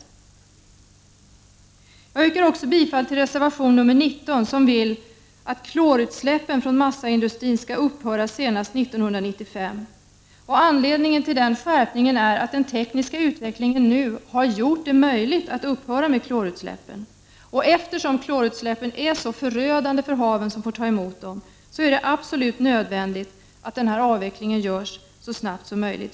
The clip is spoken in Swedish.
Jag yrkar vidare bifall till reservation nr 19, där vi yrkar att klorutsläppen för massaindustrin skall upphöra senast 1995. Anledningen till den skärpningen är att den tekniska utvecklingen nu har gjort det möjligt att upphöra med klorutsläppen. Eftersom klorutsläppen är så förödande för haven som får ta emot dem är det absolut nödvändigt att den avvecklingen görs så snabbt som möjligt.